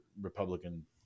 Republican